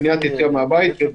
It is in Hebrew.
מניעת יציאה מהבית.